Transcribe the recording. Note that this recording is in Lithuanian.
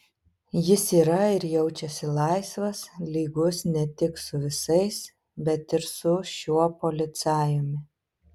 jis yra ir jaučiasi laisvas lygus ne tik su visais bet ir su šiuo policajumi